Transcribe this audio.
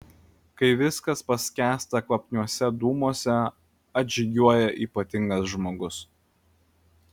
kai viskas paskęsta kvapniuose dūmuose atžygiuoja ypatingas žmogus